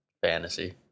fantasy